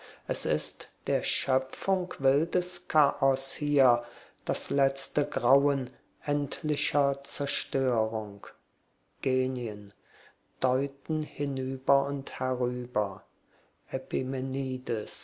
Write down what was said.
es ist der schöpfung wildes chaos hier das letzte grauen endlicher zerstörung genien deuten hinüber und herüber